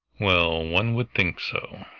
well, one would think so.